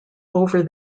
over